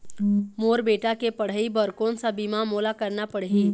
मोर बेटा के पढ़ई बर कोन सा बीमा मोला करना पढ़ही?